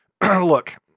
Look